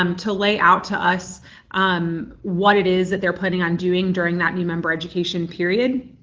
um to lay out to us um what it is that they're planning on doing during that new member education period.